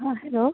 हाँ हेलो